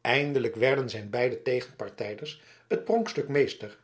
eindelijk werden zijn beide tegenpartijders het pronkstuk meester